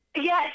Yes